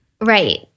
Right